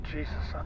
Jesus